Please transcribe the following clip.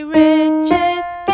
richest